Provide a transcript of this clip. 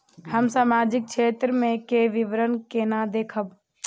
हम सामाजिक क्षेत्र के विवरण केना देखब?